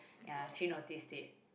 ya actually noticed it